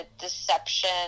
deception